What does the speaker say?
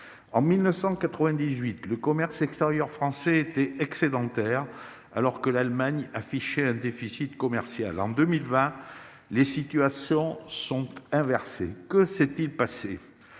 En 1998, le commerce extérieur français était excédentaire alors que l'Allemagne affichait un déficit commercial. En 2020, les situations sont inversées. Que s'est-il passé ?